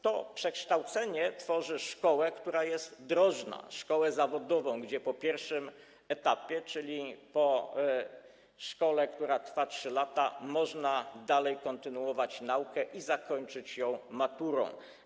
To przekształcenie tworzy szkołę, która jest drożna, szkołę zawodową, gdzie po pierwszym etapie, czyli po szkole, w której nauka trwa 3 lata, można kontynuować naukę i zakończyć ją maturą.